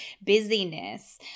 busyness